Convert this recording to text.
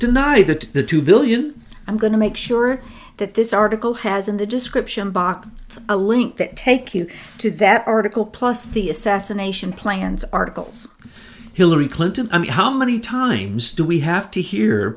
deny that the two billion i'm going to make sure that this article has in the description box a link that takes you to that article plus the assassination plans articles hillary clinton and how many times do we have to hear